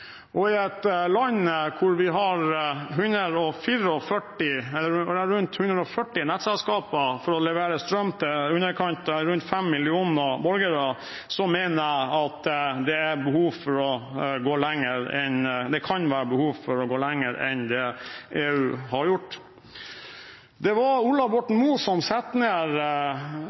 Og i et land hvor vi har rundt 140 nettselskaper for å levere strøm til rundt fem millioner borgere, mener jeg det kan være behov for å gå lenger enn EU har gjort. Det var Ola Borten Moe som satte ned det ekspertutvalget som tidligere olje- og energiminister fra Senterpartiet Eivind Reiten ledet. Det var Ola Borten